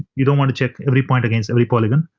you don't want to check every point against every polygon,